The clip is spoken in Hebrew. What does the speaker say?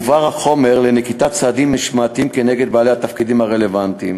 החומר מועבר לנקיטת צעדים משמעתיים נגד בעלי התפקידים הרלוונטיים.